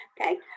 Okay